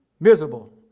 Miserable